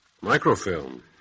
Microfilm